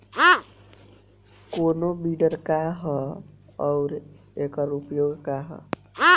कोनो विडर का ह अउर एकर उपयोग का ह?